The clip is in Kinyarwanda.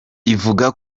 ivuga